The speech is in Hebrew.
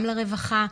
גם לרווחה,